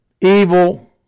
evil